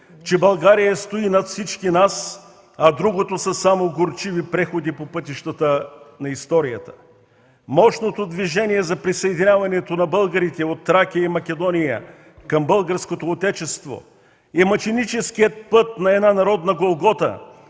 че България стои над всички нас, другото са само горчиви преходи по пътищата на историята. Мощното движение за присъединяването на българите от Тракия и Македония към Българското Отечество и мъченическият път на една народна Голгота,